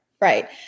right